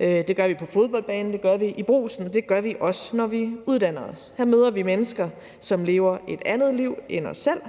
det gør vi på fodboldbanen; det gør vi i brugsen; det gør vi også, når vi uddanner os. Her møder vi mennesker, som lever et andet liv end os selv.